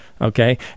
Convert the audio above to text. okay